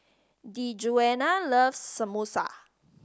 Djuana loves Samosa